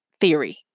theory